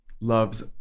loves